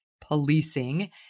policing